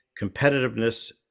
competitiveness